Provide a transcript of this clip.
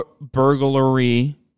burglary